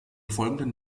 folgenden